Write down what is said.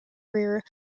rear